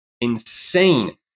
insane